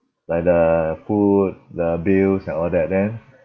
like the food the bills and all that then